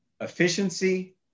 efficiency